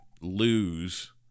lose